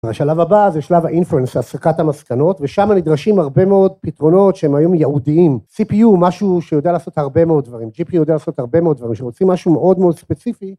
השלב הבא זה שלב ה-Inference, ההסקת המסקנות, ושם נדרשים הרבה מאוד פתרונות שהן היו ייעודיים. CPU הוא משהו שיודע לעשות הרבה מאוד דברים, GPU יודע לעשות הרבה מאוד דברים, כשרוצים משהו מאוד מאוד ספציפי,